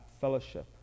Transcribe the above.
fellowship